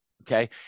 okay